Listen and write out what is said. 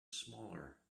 smaller